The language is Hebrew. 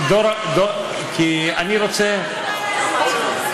אני מתה על פרשת השבוע,